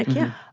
yeah.